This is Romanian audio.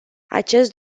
acest